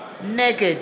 נגד